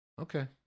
Okay